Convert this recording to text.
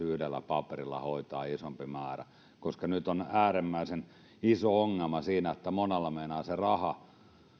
yhdellä paperilla hoitamaan isompi määrä koska nyt on äärimmäisen iso ongelma siinä että monella meinaa se